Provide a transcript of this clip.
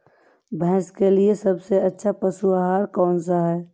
भैंस के लिए सबसे अच्छा पशु आहार कौन सा है?